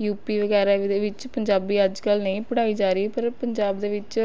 you P ਵਗੈਰਾ ਦੇ ਵਿੱਚ ਪੰਜਾਬੀ ਅੱਜ ਕੱਲ੍ਹ ਨਹੀਂ ਪੜ੍ਹਾਈ ਜਾ ਰਹੀ ਪਰ ਪੰਜਾਬ ਦੇ ਵਿੱਚ